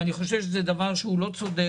אני חושב שזה דבר שהוא לא צודק,